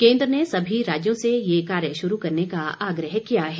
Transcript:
केन्द्र ने सभी राज्यों से ये कार्य शुरू करने का आग्रह किया है